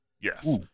yes